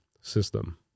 system